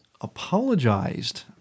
apologized